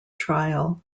trial